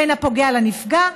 בין הפוגע לנפגע,